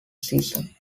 season